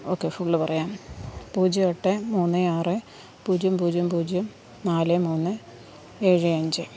okay full പറയാം പൂജ്യം എട്ട് മൂന്ന് ആറ് പൂജ്യം പൂജ്യം പൂജ്യം നാല് മൂന്ന് ഏഴ് അഞ്ച്